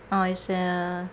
oh it's a